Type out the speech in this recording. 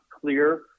clear